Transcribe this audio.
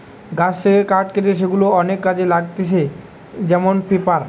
গাছ থেকে কাঠ কেটে সেগুলা অনেক কাজে লাগতিছে যেমন পেপার